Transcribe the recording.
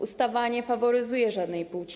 Ustawa nie faworyzuje żadnej płci.